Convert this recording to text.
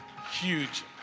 Huge